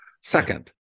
second